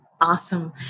Awesome